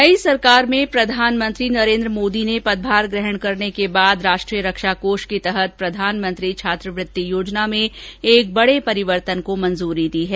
नयी सरकार में प्रधानमंत्री नरेन्द्र मोदी ने पदभार ग्रहण करने के बाद राष्ट्रीय रक्षा कोष के तहत प्रधानमंत्री छात्रवृति योजना में एक बडे परिवर्तन को मंजूरी दी है